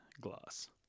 glass